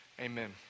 amen